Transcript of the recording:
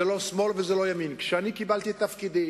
זה לא שמאל ולא ימין כשאני קיבלתי את תפקידי